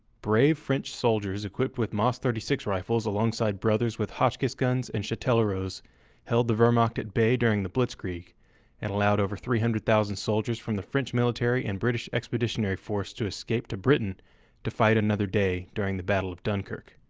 brave french soldiers equipped with mas thirty six rifles alongside brothers with hotchkiss guns and chatelleraults held the wehrmacht at bay during the blitzkrieg and allowed over three hundred thousand soldiers from the french military and the british expeditionary force to escape to britain to fight another day during the battle of dunkirk.